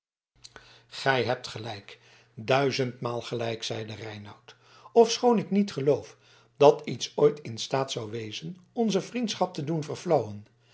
gij hebt gelijk duizendmaal gelijk zeide reinout ofschoon ik niet geloof dat iets ooit in staat zou wezen onze vriendschap te doen